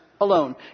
alone